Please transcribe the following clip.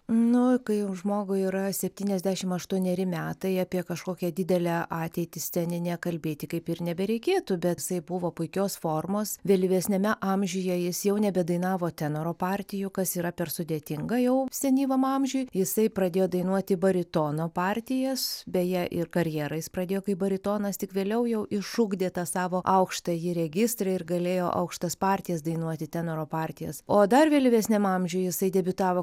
nu kai jau žmogui yra septyniasdešim aštuoneri metai apie kažkokią didelę ateitį sceninę kalbėti kaip ir nebereikėtų bet jisai buvo puikios formos vėlyvesniame amžiuje jis jau nebedainavo tenoro partijų kas yra per sudėtinga jau senyvam amžiuj jisai pradėjo dainuoti baritono partijas beje ir karjerą jis pradėjo kaip baritonas tik vėliau jau išugdė tą savo aukštąjį registrą ir galėjo aukštas partijas dainuoti tenoro partijas o dar vėlyvesniam amžiuj jisai debiutavo